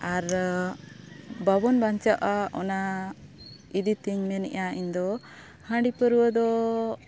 ᱟᱨ ᱵᱟᱵᱚᱱ ᱵᱟᱧᱪᱟᱜᱼᱟ ᱚᱱᱟ ᱤᱫᱤ ᱛᱤᱧ ᱢᱮᱱᱮᱜᱼᱟ ᱤᱧ ᱫᱚ ᱦᱟᱺᱰᱤ ᱯᱟᱹᱣᱨᱟᱹ ᱫᱚ